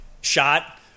shot